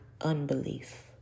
unbelief